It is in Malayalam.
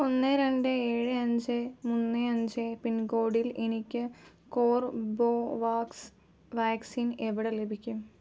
ഒന്ന് രണ്ട് ഏഴ് അഞ്ച് മൂന്ന് അഞ്ച് പിൻകോഡിൽ എനിക്ക് കോർബൊവാക്സ് വാക്സിൻ എവിടെ ലഭിക്കും